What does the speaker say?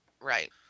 right